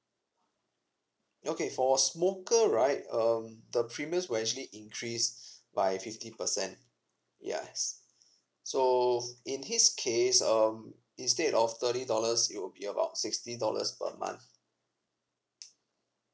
okay for smoker right um the premiums will actually increase by fifty percent yes so in his case um instead of thirty dollars it will be about sixty dollars per month